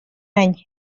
any